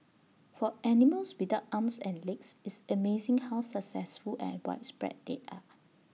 for animals without arms and legs it's amazing how successful and widespread they are